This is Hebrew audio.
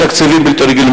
תקציבים בלתי רגילים,